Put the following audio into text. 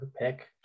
pick